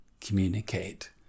communicate